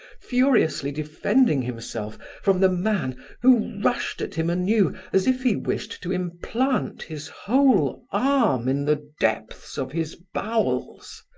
furiously defending himself from the man who rushed at him anew as if he wished to implant his whole arm in the depths of his bowels,